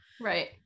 Right